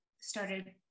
started